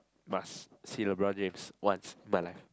must see the Brown-James once in my life